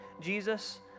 Jesus